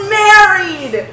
married